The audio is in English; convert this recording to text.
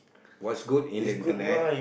what's good in the internet